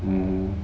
oh